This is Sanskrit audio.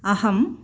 अहं